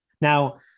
Now